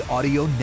Audio